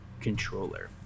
controller